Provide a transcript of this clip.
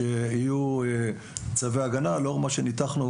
שיהיו כ-400 צווי הגנה לאור מה שניתחנו